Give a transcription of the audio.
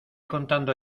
contando